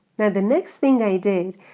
now the next thing i did,